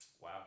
Wow